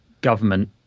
government